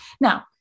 Now